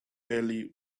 early